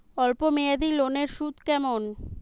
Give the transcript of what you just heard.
অল্প মেয়াদি লোনের সুদ কেমন?